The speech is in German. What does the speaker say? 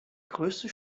größte